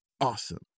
awesome